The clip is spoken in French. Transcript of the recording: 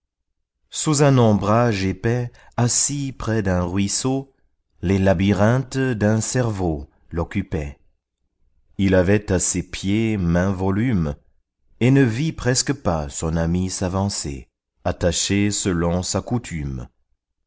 sous un ombrage épais assis près d'un ruisseau les labyrinthes d'un cerveau l'occupaient il avait à ses pieds maint volume et ne vit presque pas son ami s'avancer attaché selon sa coutume